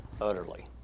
utterly